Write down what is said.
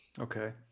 Okay